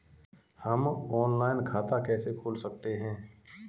हम ऑनलाइन खाता कैसे खोल सकते हैं?